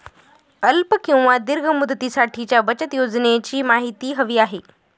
अल्प किंवा दीर्घ मुदतीसाठीच्या बचत योजनेची माहिती हवी आहे